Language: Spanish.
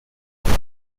juan